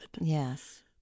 Yes